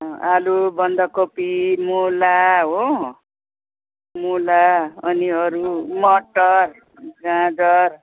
आलु बन्दकोपी मुला हो मुला अनि अरू मटर गाजर